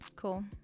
cool